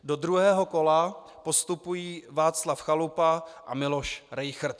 Do druhého kola postupují Václav Chalupa a Miloš Rejchrt.